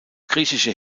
griechische